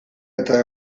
eta